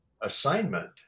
assignment